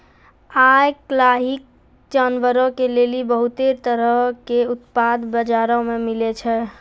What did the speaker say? आइ काल्हि जानवरो के लेली बहुते तरहो के उत्पाद बजारो मे मिलै छै